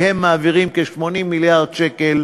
כי הם מעבירים כ-80 מיליארד שקל